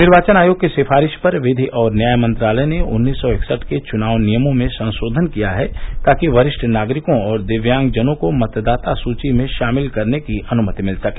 निर्वाचन आयोग की सिफारिशों पर विधि और न्याय मंत्रालय ने उन्नीस सौ इकसठ के चुनाव नियमों में संशोधन किया है ताकि वरिष्ठ नागरिकों और दिव्यांगजनों को मतदाता सूची में शामिल करने की अनुमति मिल सके